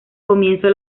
comienzo